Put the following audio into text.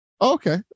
Okay